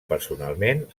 personalment